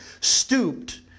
stooped